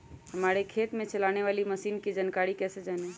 हमारे खेत में चलाने वाली मशीन की जानकारी कैसे जाने?